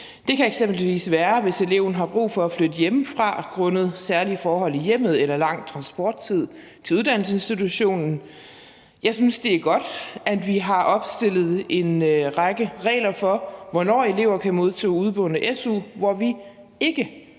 Det kan eksempelvis være, hvis eleven har brug for at flytte hjemmefra grundet særlige forhold i hjemmet eller lang transporttid til uddannelsesinstitutionen. Jeg synes, det er godt, at vi har opstillet en række regler for, hvornår elever kan modtage udeboende su, hvor vi ikke